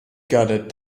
gutted